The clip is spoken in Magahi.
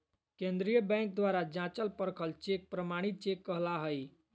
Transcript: केंद्रीय बैंक द्वारा जाँचल परखल चेक प्रमाणित चेक कहला हइ